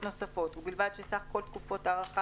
מדובר בחוק צרכני שחל,